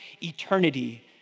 eternity